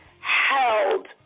held